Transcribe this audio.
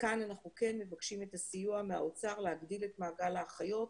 וכאן אנחנו כן מבקשים את הסיוע מהאוצר להגדיל את מעגל האחיות,